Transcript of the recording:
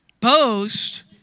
Post